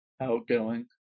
Outgoing